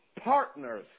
partners